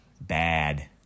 bad